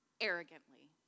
arrogantly